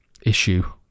issue